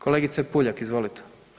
Kolegice Puljak, izvolite.